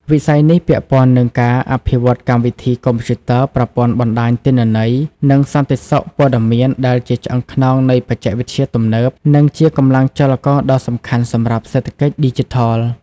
វិស័យនេះពាក់ព័ន្ធនឹងការ អភិវឌ្ឍន៍កម្មវិធីកុំព្យូទ័រប្រព័ន្ធបណ្ដាញទិន្នន័យ និងសន្តិសុខព័ត៌មានដែលជាឆ្អឹងខ្នងនៃបច្ចេកវិទ្យាទំនើប និងជាកម្លាំងចលករដ៏សំខាន់សម្រាប់សេដ្ឋកិច្ចឌីជីថល។